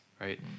right